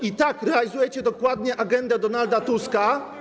I tak, realizujecie dokładnie agendę Donalda Tuska.